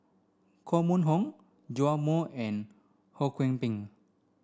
Koh Mun Hong Joash Moo and Ho Kwon Ping